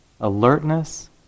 alertness